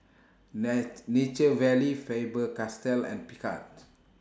Nai Nature Valley Faber Castell and Picard